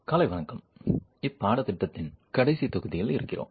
காலை வணக்கம் இப்பாடத்திட்டத்தின் கடைசி தொகுதியில் இருக்கிறோம்